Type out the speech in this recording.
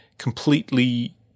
Completely